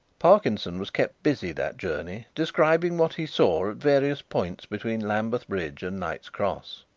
parkinson was kept busy that journey describing what he saw at various points between lambeth bridge and knight's cross.